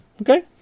okay